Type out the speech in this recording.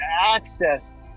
access